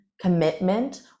commitment